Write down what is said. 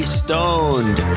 stoned